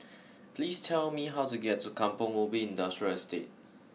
please tell me how to get to Kampong Ubi Industrial Estate